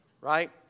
Right